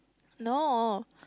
no